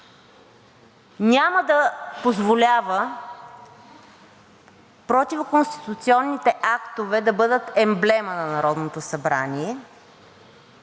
Няма да позволява противоконституционните актове да бъдат емблема на Народното събрание